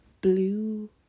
blue